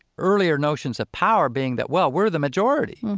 earlier notions of power being that, well, we're the majority